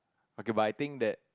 okay but I think that